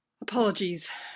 Apologies